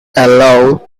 allow